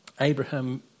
Abraham